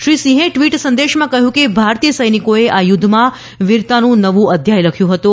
શ્રી સિંહે ટ્વીટ સંદેશમાં કહ્યું કે ભારતીય સૈનિકોએ આ યુદ્ધમાં વીરતાનું નવું અધ્યાય લખ્યું હતું